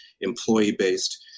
employee-based